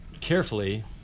carefully